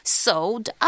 sold